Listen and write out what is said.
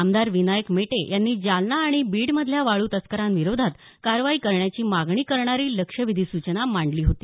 आमदार विनायक मेटे यांनी जालना आणि बीड मधल्या वाळू तस्करांविरोधात कारवाई करण्याची मागणी करणारी लक्षवेधी सूचना मांडली होती